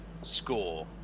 score